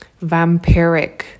vampiric